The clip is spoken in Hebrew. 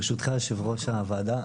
ברשותך יו"ר הוועדה,